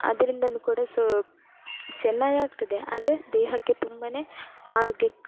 ಅದ್ರಿಂದಲೂ ಕೂಡ ಸೂ ಚೆನ್ನಾಗಾಗ್ತದೆ ಆದರೆ ದೇಹಕ್ಕೆ ತುಂಬನೇ ಆರೋಗ್ಯ